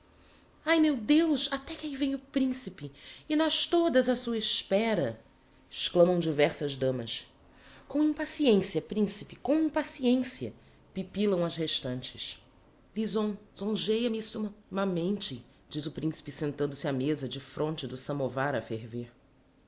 ai meu deus até que ahi vem o principe e nós todos á sua espera exclamam diversas damas com impaciencia principe com impaciencia pipilam as restantes li son son jeia me sum ma mente diz o principe sentando-se á mêsa defronte do samovar a ferver